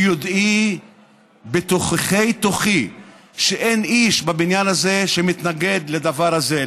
ביודעי בתוככי-תוכי שאין איש בבניין הזה שמתנגד לדבר הזה,